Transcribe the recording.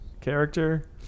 Character